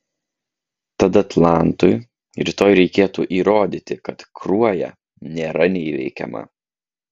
tad atlantui rytoj reikėtų įrodyti kad kruoja nėra neįveikiama